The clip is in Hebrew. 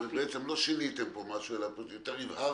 בעצם לא שיניתם פה משהו אלא יותר הבהרתם.